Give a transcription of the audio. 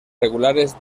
regulares